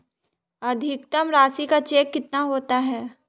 अधिकतम राशि का चेक कितना होता है?